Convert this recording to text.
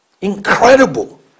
Incredible